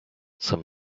some